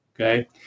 okay